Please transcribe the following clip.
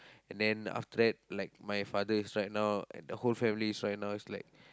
and then after that like my father's right now and the whole family is right now is like